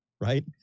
Right